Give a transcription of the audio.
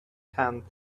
tent